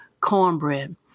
cornbread